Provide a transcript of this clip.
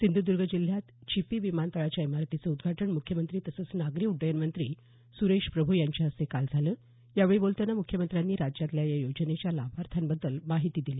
सिंधुदुर्ग जिल्ह्यात चिपी विमानतळाच्या इमारतीचं उद्घाटन मुख्यमंत्री तसंच नागरी उड्डयन मंत्री सुरेश प्रभू यांच्या हस्ते काल झालं यावेळी बोलताना मुख्यमंत्र्यांनी राज्यातल्या या योजनेच्या लाभार्थ्यांबद्दल माहिती दिली